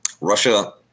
Russia